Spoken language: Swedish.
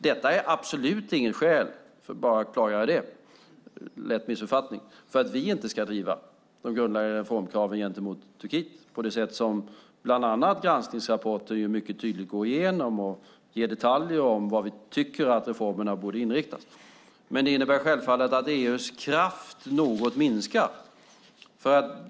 Detta är absolut inget skäl - bara för att klargöra det, lätt missuppfattning - för att vi inte ska driva de grundläggande reformkraven gentemot Turkiet på det sätt som bland annat granskningsrapporter mycket tydligt går igenom och ger detaljer om vad vi tycker att reformerna borde inriktas på. Men det innebär självfallet att EU:s kraft något minskar.